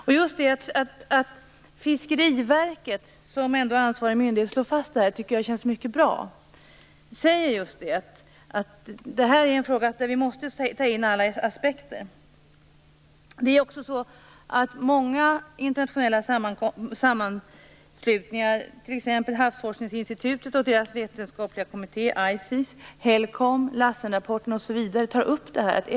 Det faktum att Fiskeriverket, som ändå är ansvarig myndighet, slår fast detta, tycker jag känns mycket bra. Detta är en fråga där alla aspekter måste tas med. Många internationella sammanslutningar, t.ex. Havsforskningsinstitutet och deras vetenskapliga kommitté, Lassenrapporten osv. tar upp detta.